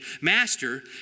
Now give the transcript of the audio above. Master